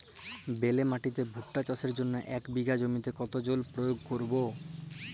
বেলে মাটিতে ভুট্টা চাষের জন্য এক বিঘা জমিতে কতো জল প্রয়োগ করব?